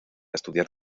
estudiar